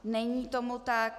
Není tomu tak.